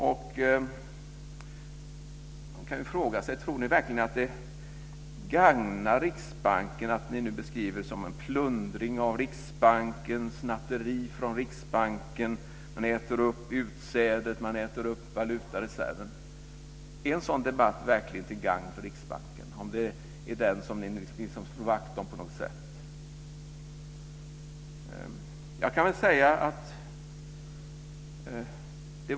Man kan fråga sig: Tror ni verkligen att det gagnar Riksbanken att ni nu beskriver det som plundring av Riksbanken, snatteri från Riksbanken, att man äter upp utsädet, äter upp valutareserven? Är en sådan debatt verkligen till gagn för Riksbanken, om det nu är den ni på något sätt vill slå vakt om?